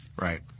Right